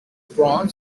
prawn